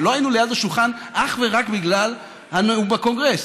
ולא היינו ליד השולחן אך ורק בגלל הנאום בקונגרס.